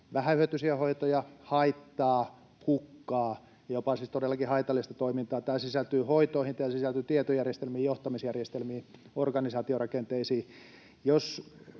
vähähyötyisiä hoitoja — haittaa, hukkaa, siis todellakin jopa haitallista toimintaa. Tämä sisältyy hoitoihin, tämä sisältyy tietojärjestelmiin, johtamisjärjestelmiin, organisaatiorakenteisiin.